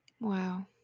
wow